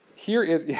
here is yeah